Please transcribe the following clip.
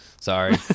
Sorry